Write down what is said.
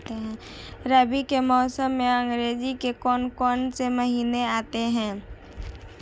रबी के मौसम में अंग्रेज़ी के कौन कौनसे महीने आते हैं?